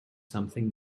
something